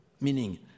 meaning